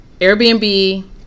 Airbnb